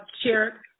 Chair